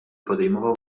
podejmował